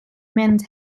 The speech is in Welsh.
mynd